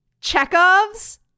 Chekhov's